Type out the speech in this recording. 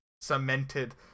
cemented